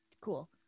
Cool